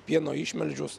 pieno išmelžius